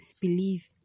believe